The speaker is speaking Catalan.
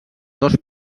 dos